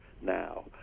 now